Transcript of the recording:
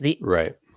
Right